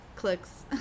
clicks